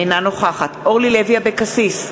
אינה נוכחת אורלי לוי אבקסיס,